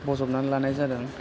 बजबनानै लानाय जादों